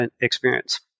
experience